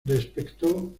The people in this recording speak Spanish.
respecto